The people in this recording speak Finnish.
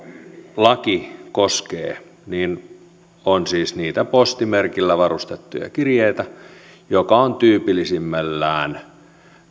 laki koskee on siis niitä postimerkillä varustettuja kirjeitä jotka ovat tyypillisimmillään